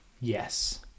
yes